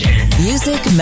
Music